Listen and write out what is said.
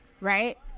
Right